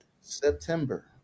September